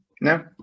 No